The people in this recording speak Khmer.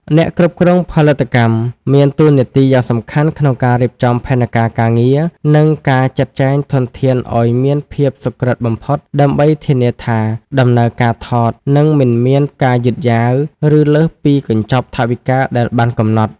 អ្នកគ្រប់គ្រងផលិតកម្មមានតួនាទីយ៉ាងសំខាន់ក្នុងការរៀបចំផែនការការងារ និងការចាត់ចែងធនធានឱ្យមានភាពសុក្រឹតបំផុត ដើម្បីធានាថាដំណើរការថតនឹងមិនមានការយឺតយ៉ាវ ឬលើសពីកញ្ចប់ថវិកាដែលបានកំណត់។